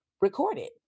recorded